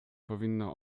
powinno